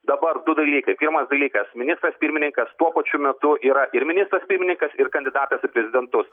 dabar du dalykai pirmas dalykas ministras pirmininkas tuo pačiu metu yra ir ministras pirmininkas ir kandidatas į prezidentus